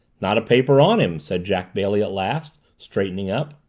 not a paper on him, said jack bailey at last, straightening up.